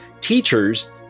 teachers